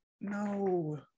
No